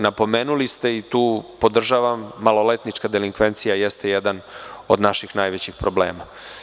Napomenuli ste, to podržavam, maloletnička delikvencija jeste jedan od naših najvećih problema.